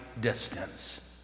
distance